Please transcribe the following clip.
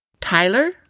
Tyler